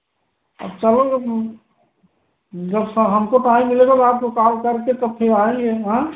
अब चलो जब स हमको टाइम मिलेगा वह आपको कॉल करके तब फिर आएँगे हाँ